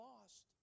lost